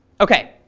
okay,